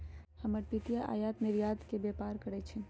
हमर पितिया आयात निर्यात के व्यापार करइ छिन्ह